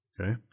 Okay